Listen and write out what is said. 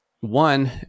one